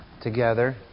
together